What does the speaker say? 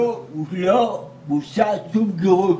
לא אושר שום גירוש.